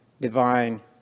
divine